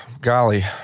golly